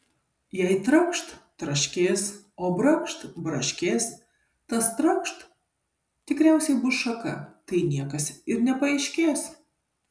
jei trakšt traškės o brakšt braškės tas trakšt tikriausiai bus šaka tai niekas ir nepaaiškės